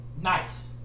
nice